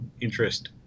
interest